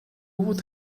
would